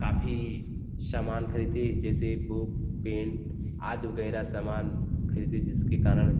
काफ़ी समान खरीदे जैसे बुक पेंट आदि वगैरह समान खरीदे जिसके कारण